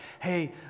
hey